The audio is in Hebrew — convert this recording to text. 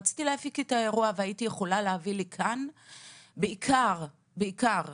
רציתי להפיק את האירוע והייתי יכולה להביא לכאן בעיקר נערות,